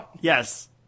Yes